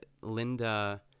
Linda